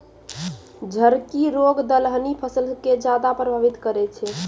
झड़की रोग दलहनी फसल के ज्यादा प्रभावित करै छै